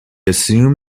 assume